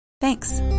Thanks